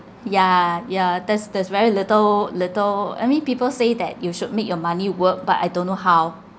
ya ya that's that's very little little I mean people say that you should make your money work but I don't know how